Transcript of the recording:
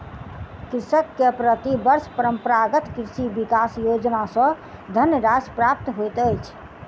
कृषक के प्रति वर्ष परंपरागत कृषि विकास योजना सॅ धनराशि प्राप्त होइत अछि